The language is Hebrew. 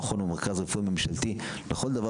המכון הוא מרכז רפואי ממשלתי לכל דבר